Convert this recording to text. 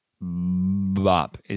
bop